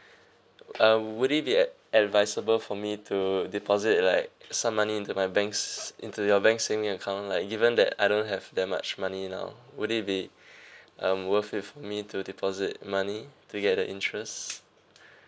uh would it be at advisable for me to deposit like some money into my banks into your bank saving account like given that I don't have that much money now would it be um worth it to me to deposit money to get the interest